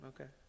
Okay